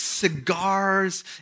cigars